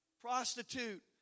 Prostitute